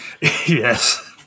Yes